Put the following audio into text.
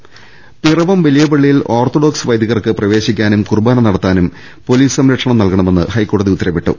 രുട്ട്ട്ട്ട്ട്ട്ട്ട പിറവം വലിയ പള്ളിയിൽ ഓർത്തഡോക്സ് വൈദികർക്ക് പ്രവേശി ക്കാനും കുർബാന നടത്താനും പൊലീസ് സംരക്ഷണം നൽകണമെന്ന് ഹൈക്കോടതി ഉത്തരവിട്ടു